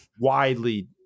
widely